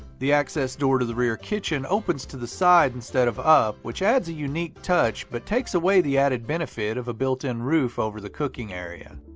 the access door to the rear kitchen opens to the side instead of up, which adds a unique touch but takes away the added benefit of a built-in roof over the cooking area.